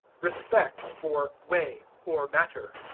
respect for way, or matter.